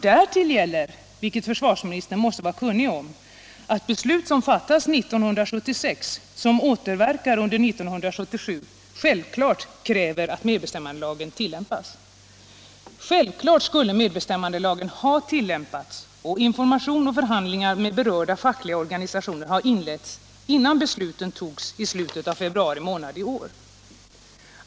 Därtill gäller, vilket försvarsministern måste vara kunnig om, att beslut som fattades 1976 och som återverkar under 1977 självfallet kräver att medbestämmandelagen tillämpas. Självfallet skulle medbestämmandelagen ha tillämpats, och information och förhandlingar med berörda fackliga organisationer ha inletts innan besluten fattades i slutet av februari månad i år.